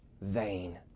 vain